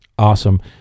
Awesome